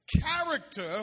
Character